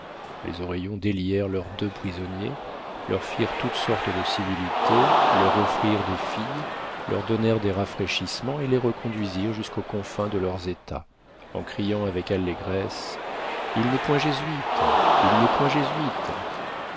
les oreillons délièrent leurs deux prisonniers leur firent toutes sortes de civilités leur offrirent des filles leur donnèrent des rafraîchissements et les reconduisirent jusqu'aux confins de leurs états en criant avec allégresse il n'est point jésuite il n'est point jésuite